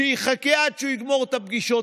שיחכה עד שהוא יגמור את הפגישות,